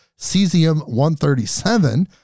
cesium-137